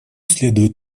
следует